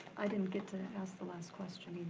i didn't get to ask the last question either.